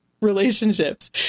relationships